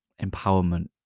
empowerment